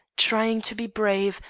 trying to be brave,